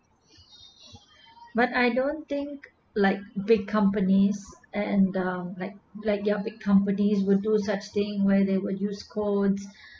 but I don't think like big companies and um like like their big companies would do such thing where they would use codes